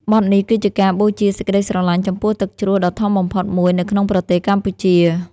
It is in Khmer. បទនេះគឺជាការបូជាសេចក្ដីស្រឡាញ់ចំពោះទឹកជ្រោះដ៏ធំបំផុតមួយនៅក្នុងប្រទេសកម្ពុជា។